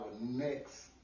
next